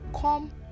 come